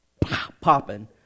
popping